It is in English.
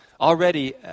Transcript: Already